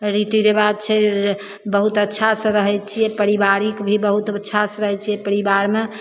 रीतीरिबाज जे छै बहुत अच्छासँ रहैत छियै परिबारिक भी बहुत अच्छा से रहैत छियै परिबारमे